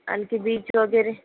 आणखी बीच वगैरे